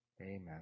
amen